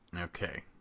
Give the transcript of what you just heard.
Okay